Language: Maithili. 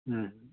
हुँ